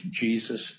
Jesus